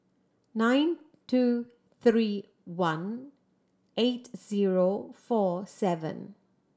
nine two three one eight zero four seven